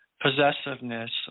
possessiveness